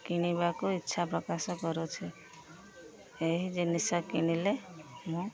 କିଣିବାକୁ ଇଚ୍ଛା ପ୍ରକାଶ କରୁଛି ଏହି ଜିନିଷ କିଣିଲେ ମୁଁ